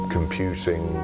Computing